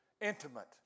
intimate